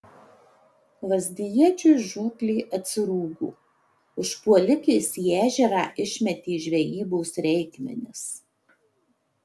lazdijiečiui žūklė atsirūgo užpuolikės į ežerą išmetė žvejybos reikmenis